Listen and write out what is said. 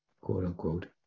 quote-unquote